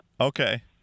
Okay